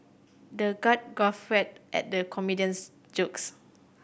the god guffawed at the comedian's jokes